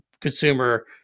consumer